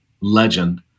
legend